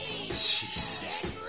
Jesus